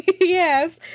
Yes